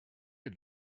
had